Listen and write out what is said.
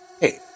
hey